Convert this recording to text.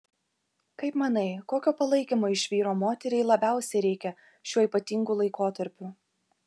kaip manai kokio palaikymo iš vyro moteriai labiausiai reikia šiuo ypatingu laikotarpiu